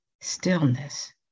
stillness